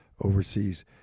overseas